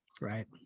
Right